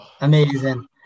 Amazing